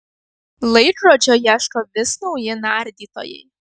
laikrodžio ieško vis nauji nardytojai